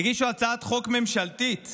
הגישו הצעת חוק ממשלתית